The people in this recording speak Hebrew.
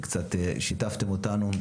קצת שיתפתם אותנו,